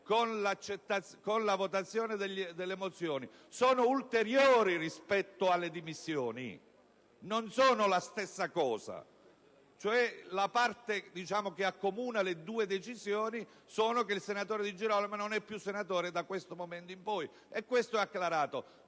con la votazione delle mozioni sono ulteriori rispetto alle dimissioni. Non sono la stessa cosa. In sostanza, la parte che accomuna le due decisioni è che il senatore Di Girolamo non è più senatore da questo momento in poi, e questo è acclarato.